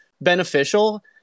beneficial